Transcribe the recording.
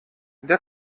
der